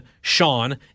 Sean